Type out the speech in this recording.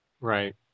Right